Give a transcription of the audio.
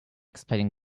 explaining